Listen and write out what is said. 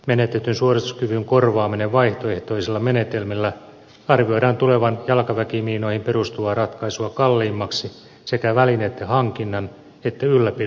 menetetyn suorituskyvyn korvaaminen vaihtoehtoisilla menetelmillä arvioidaan tulevan jalkaväkimiinoihin perustuvaa ratkaisua kalliimmaksi sekä välineiden hankinnan että ylläpidon osalta